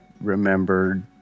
remembered